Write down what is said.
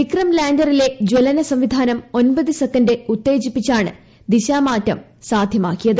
വിക്രംലാൻഡറിലെ ജ്വലന സംവിധാനം ഒമ്പത് സെക്കന്റ് ഉത്തേജിപ്പിച്ചാണ് ദിശാമാറ്റം സാധ്യമാക്കിയത്